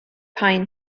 pine